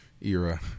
era